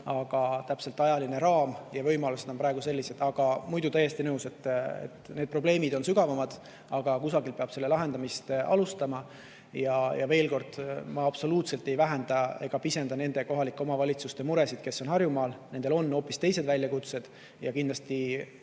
aga ajaline raam ja võimalused on praegu sellised. Aga muidu olen täiesti nõus, et need probleemid on sügavamad, aga kusagilt peab nende lahendamist alustama. Ja veel kord: ma absoluutselt ei vähenda ega pisenda nende kohalike omavalitsuste muresid, kes on Harjumaal. Nendel on hoopis teised väljakutsed ja kindlasti